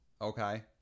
Okay